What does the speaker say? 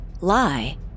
lie